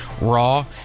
raw